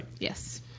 Yes